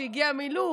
שהגיע מלוב,